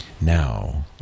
Now